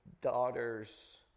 daughters